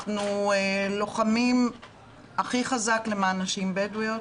אנחנו לוחמים הכי חזק למען נשים בדואיות.